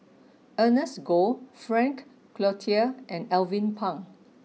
Ernest Goh Frank Cloutier and Alvin Pang